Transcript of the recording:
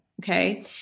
Okay